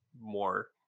more